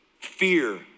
fear